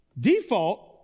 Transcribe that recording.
default